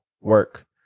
work